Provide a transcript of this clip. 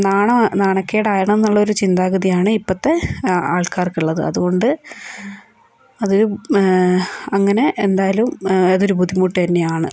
നാണ വ നാണക്കേടാണെന്നുള്ളൊരു ചിന്താഗതിയാണ് ഇപ്പത്തെ ആൾക്കാർക്കുള്ളത് അതുകൊണ്ട് അതൊരു അങ്ങനെ എന്തായാലും അതൊരു ബുദ്ധിമുട്ട് തന്നെയാണ്